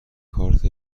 کارت